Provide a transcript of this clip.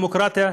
לדמוקרטיה,